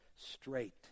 straight